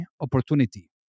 opportunity